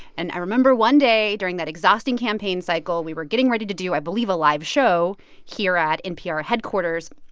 and i remember one day during that exhausting campaign cycle, we were getting ready to do, i believe, a live show here at npr headquarters.